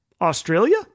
Australia